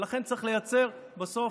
ולכן צריך לייצר בסוף